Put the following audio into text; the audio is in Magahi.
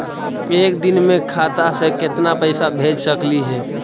एक दिन में खाता से केतना पैसा भेज सकली हे?